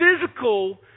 physical